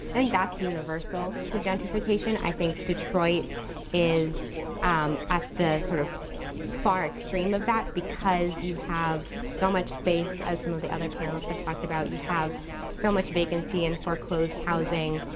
think that's universal to gentrification. i think detroit is um at the sort of far extreme of that, because you have so much space, as some of the other panelists have talked about. you have so much vacancy and foreclosed housing,